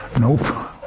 Nope